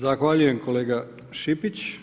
Zahvaljujem kolega Šipić.